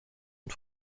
und